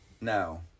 No